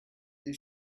they